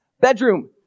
bedroom